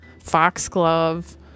Foxglove